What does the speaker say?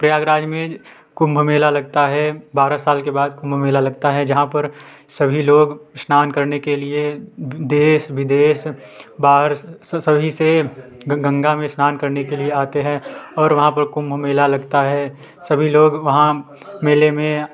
प्रयागराज में कुम्भ मेला लगता है बारह साल के बाद कुम्भ मेला लगता है जहाँ पर सभी लोग स्नान करने के लिए देश विदेश बाहर स सभी से ग गंगा में स्नान करने के लिए आते है और वहाँ पर कुम्भ मेला लगता है सभी लोग वहाँ मेले में